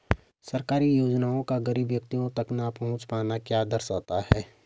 सरकारी योजनाओं का गरीब व्यक्तियों तक न पहुँच पाना क्या दर्शाता है?